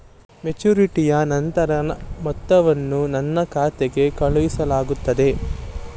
ಮೆಚುರಿಟಿಯ ನಂತರ ಮೊತ್ತವನ್ನು ನನ್ನ ಖಾತೆಗೆ ಕಳುಹಿಸಲಾಗುತ್ತದೆಯೇ?